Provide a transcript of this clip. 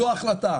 זו ההחלטה.